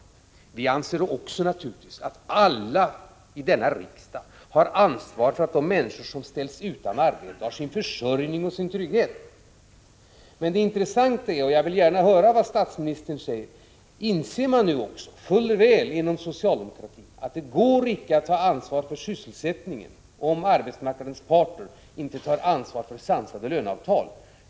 Naturligtvis anser också vi att alla i denna riksdag har ansvar för att de människor som ställs utan arbete har sin försörjning och trygghet, men det intressanta är — och jag vill gärna höra vad statsministern säger om detta — om man inom socialdemokratin nu fuller väl inser att det inte går att ta ansvar för sysselsättningen om arbetsmarknadens parter inte tar ansvar för sansade löneavtal.